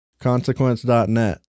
Consequence.net